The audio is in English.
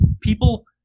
People